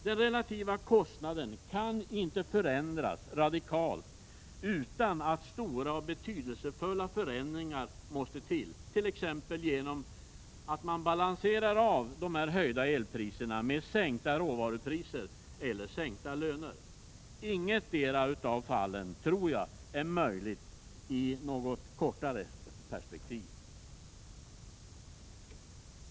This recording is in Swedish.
Den relativa kostnaden kan inte förändras radikalt utan att stora och betydelsefulla förändringar måste till, t.ex. genom att man balanserar av de höjda elpriserna med sänkta råvarupriser eller sänkta löner. Jag tror att ingetdera av dessa alternativ är möjligt i korta perspektiv.